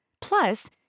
Plus